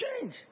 change